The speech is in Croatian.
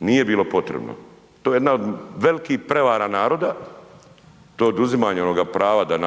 Nije bilo potrebna. To je jedna od velikih prevara naroda, to je oduzimanja onog prava da